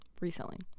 Reselling